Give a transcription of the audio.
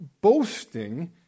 boasting